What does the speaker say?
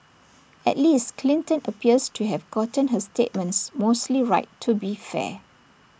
at least Clinton appears to have gotten her statements mostly right to be fair